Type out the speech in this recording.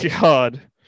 god